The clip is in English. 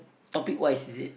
topic wise is it